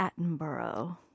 Attenborough